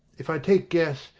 if i take gas,